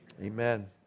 Amen